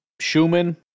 Schumann